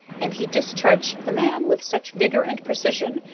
and he discharged the man with such vigor and precision,